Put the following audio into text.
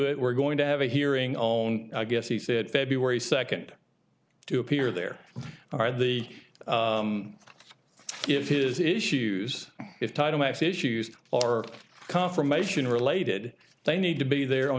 it we're going to have a hearing own i guess he said february second to appear there are the if his issues if title i x issues or confirmation related they need to be there on